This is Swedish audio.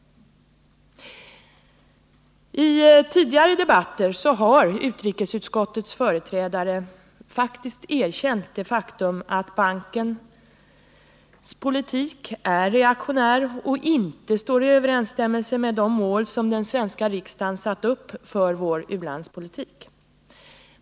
I tidigare debatter har utrikesutskottets företrädare faktiskt erkänt det faktum att bankens politik är reaktionär och inte står i överensstämmelse med de mål som den svenska riksdagen satt upp för vår u-landspolitik.